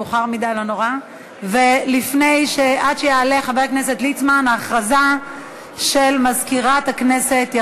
עד שיעלה חבר הכנסת ליצמן, הודעה למזכירת הכנסת.